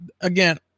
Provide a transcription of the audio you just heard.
again